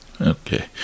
Okay